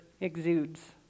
exudes